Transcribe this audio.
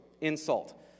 insult